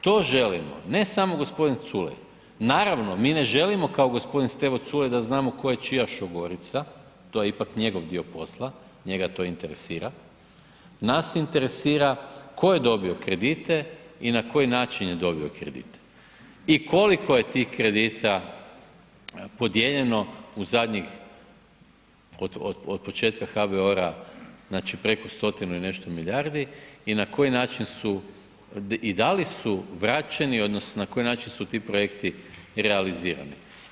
To želimo ne samo gospodin Culej, naravno mi ne želimo kao gospodin Stevo Culej da znamo tko je čija šogorica to je ipak njegov dio posla, njega to interesira, nas interesira tko je dobio kredite i na koji način je dobio kredite i koliko je tih kredita podijeljeno u zadnjih, od početka HBOR-a, znači preko 100-tinu i nešto milijardi i na koji način su i da li su vraćeni odnosno na koji način su ti projekti realizirani.